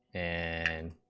and,